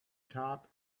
top